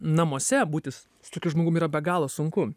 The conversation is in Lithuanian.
namuose būti su tokiu žmogum yra be galo sunku